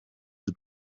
the